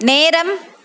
நேரம்